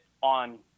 on